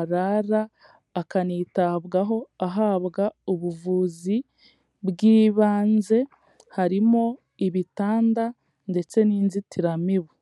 arara akanitabwaho, ahabwa ubuvuzi bw'ibanze, harimo ibitanda ndetse n'inzitiramibu.